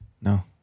No